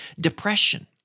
depression